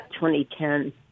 2010